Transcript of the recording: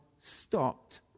stopped